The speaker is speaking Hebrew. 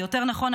יותר נכון,